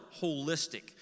holistic